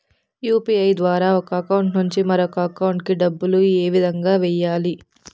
UPI ద్వారా ఒక account నుంచి మరొక అకౌంట్ కి డబ్బులు ఏ విధంగా వెయ్యాలి